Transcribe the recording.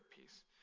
piece